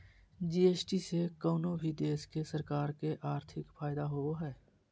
GST से कउनो भी देश के सरकार के आर्थिक फायदा होबो हय